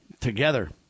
together